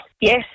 Yes